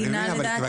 לדעתי,